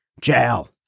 Jail